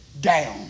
down